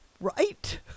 right